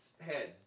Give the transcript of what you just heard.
heads